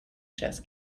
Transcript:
chess